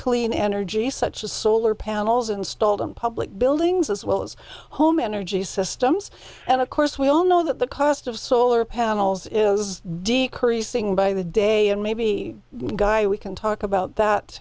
clean energy such as solar panels installed on public buildings as well as home energy systems and of course we all know that the cost of solar panels is decreasing by the day and maybe guy we can talk about that